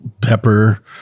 pepper